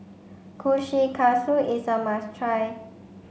Kushikatsu is a must try